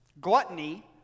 Gluttony